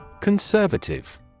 Conservative